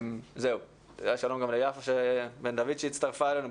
שלום ליפה בן דוד שהצטרפה אלינו.